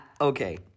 Okay